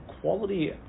quality